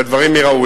והדברים ייראו.